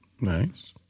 Nice